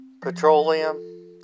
Petroleum